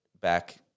back